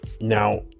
Now